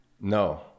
no